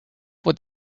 what